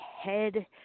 head